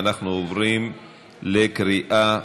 ואנחנו עוברים לקריאה שלישית.